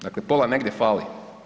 Dakle pola negdje fali.